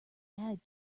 add